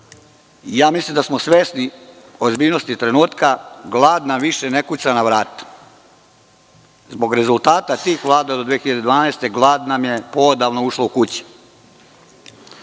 mislim da smo svesni ozbiljnosti trenutka. Glad nam više ne kuca na vrata. Zbog rezultata tih vlada do 2012. godine glad nam je poodavno ušla u